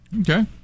Okay